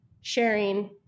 sharing